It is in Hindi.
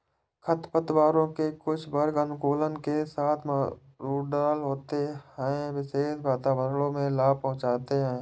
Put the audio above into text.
खरपतवारों के कुछ वर्ग अनुकूलन के साथ रूडरल होते है, विशेष वातावरणों में लाभ पहुंचाते हैं